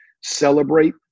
celebrate